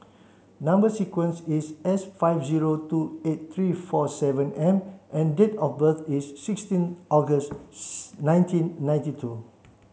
number sequence is S five zero two eight three four seven M and date of birth is sixteen August nineteen ninety two